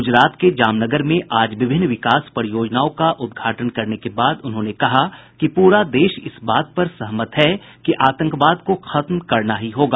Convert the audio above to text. गुजरात के जामनगर में आज विभिन्न विकास परियोजनाओं का उद्घाटन करने के बाद उन्होंने कहा कि पूरा देश इस बात पर सहमत है कि आंतकवाद को खत्म करना ही होगा